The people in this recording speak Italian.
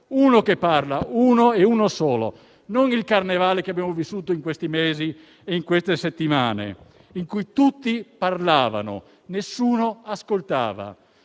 uno che parla. Non il carnevale che abbiamo vissuto in questi mesi e in queste settimane, in cui tutti parlavano e nessuno ascoltava,